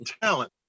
talent